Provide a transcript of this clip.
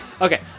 Okay